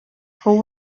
fou